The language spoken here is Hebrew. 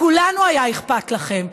לכולנו היה אכפת מכם.